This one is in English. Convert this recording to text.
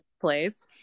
place